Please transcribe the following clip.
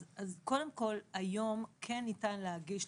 אז קודם כול היום כן ניתן להגיש.